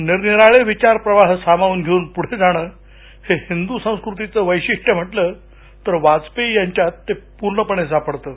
निरनिराळे विचारप्रवाह सामावून घेऊन पुढे जाणं हे हिंदू संस्कृतीचं वैशिष्ट्य म्हटलं तर वाजपेयी यांच्यात ते पूर्णपणे सापडतं